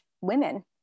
women